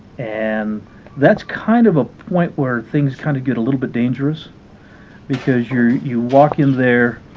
and that's kind of a point where things kind of get a little bit dangerous because you you walk in there